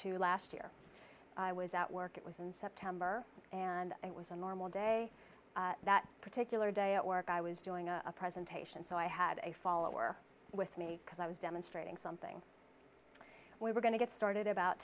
to last year i was at work it was in september and it was a normal day that particular day at work i was doing a presentation so i had a follower with me because i was demonstrating something we were going to get started about